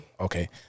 Okay